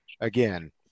again